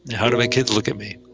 how do my kids look at me?